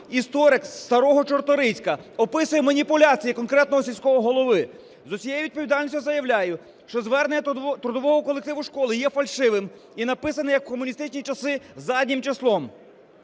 Історик з Старого Чорторийська описує маніпуляції конкретного сільського голови. З усією відповідальність заявляю, що звернення трудового колективу школи є фальшивим і написане, як в комуністичні часи, заднім числом.